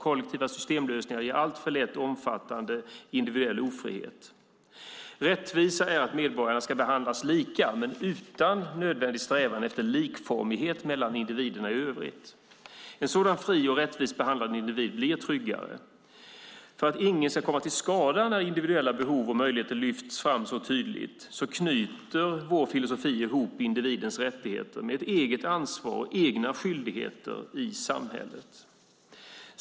Kollektiva systemlösningar ger alltför lätt omfattande individuell ofrihet. Rättvisa är att medborgarna behandlas lika men utan strävan efter likformighet mellan individerna i övrigt. En sådan fri och rättvist behandlad individ blir tryggare. För att ingen ska komma till skada när individuella behov och möjligheter lyfts fram så tydligt knyter vår filosofi ihop individens rättigheter med ett eget ansvar och egna skyldigheter i samhället.